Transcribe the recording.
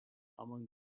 among